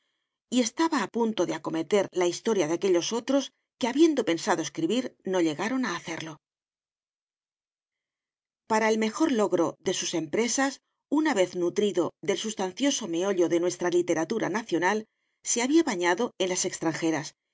y estaba a punto de acometer la historia de aquellos otros que habiendo pensado escribir no llegaron a hacerlo para el mejor logro de sus empresas una vez nutrido del sustancioso meollo de nuestra literatura nacional se había bañado en las extranjeras